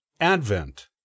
Advent